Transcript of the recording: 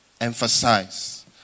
emphasize